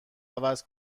عوض